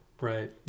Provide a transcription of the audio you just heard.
right